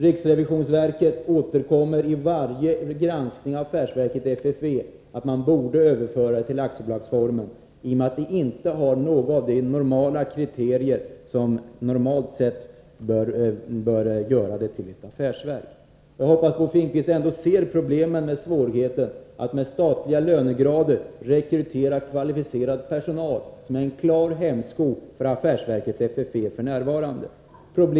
Riksrevisionsverket återkommer i varje granskning av affärsverket FFV till att verket borde överföras till aktiebolag, i och med att det inte uppfyller något av de kriterier som normalt gäller för affärsverk. Jag hoppas att Bo Finnkvist ändå ser problemen. Det är svårt att med statliga lönegrader — f.n. en verklig hämsko för affärsverket FFV — rekrytera kvalificerad personal.